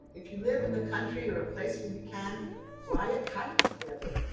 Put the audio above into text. if you live in the country or a place where you can fly a kite together,